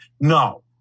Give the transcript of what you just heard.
No